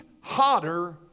hotter